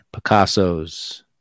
picassos